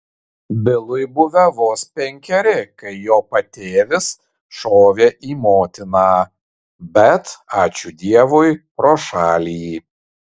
bilui buvę vos penkeri kai jo patėvis šovė į motiną bet ačiū dievui pro šalį